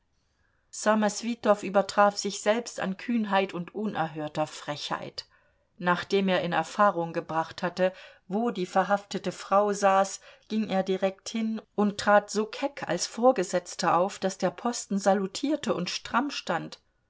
ssamoswitow übertraf sich selbst an kühnheit und unerhörter frechheit nachdem er in erfahrung gebracht hatte wo die verhaftete frau saß ging er direkt hin und trat so keck als vorgesetzter auf daß der posten salutierte und stramm stand